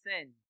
sin